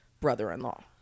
brother-in-law